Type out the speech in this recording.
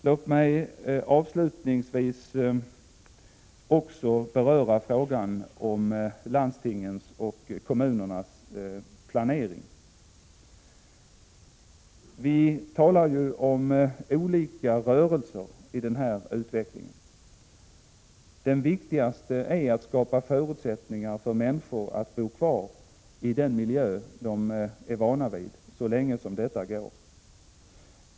Låt mig också beröra frågan om landstingens och kommunernas planering. Vi talar ju om olika rörelser i den här utvecklingen. Den viktigaste är att skapa förutsättningar för människor att bo kvar i den miljö de är vana vid så länge som detta går.